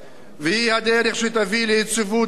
וזו הדרך שתביא ליציבות שלטונית.